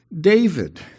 David